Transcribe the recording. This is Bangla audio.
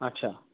আচ্ছা